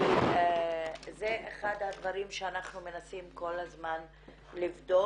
כי זה אחד הדברים שאנחנו מנסים כל הזמן לבדוק,